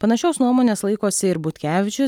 panašios nuomonės laikosi ir butkevičius